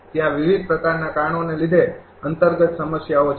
ત્યાં વિવિધ પ્રકારના કારણો ના લીધે અંતર્ગત સમસ્યાઓ છે